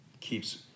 keeps